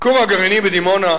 הכור הגרעיני בדימונה,